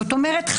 זאת אומרת,